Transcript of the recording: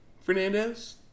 Fernandez